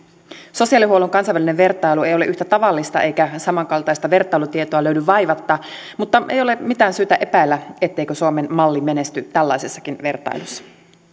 sosiaalihuollon kansainvälinen vertailu ei ole yhtä tavallista eikä samankaltaista vertailutietoa löydy vaivatta mutta ei ole mitään syytä epäillä etteikö suomen malli menesty tällaisessakin vertailussa